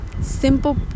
simple